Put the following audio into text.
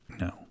No